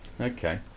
okay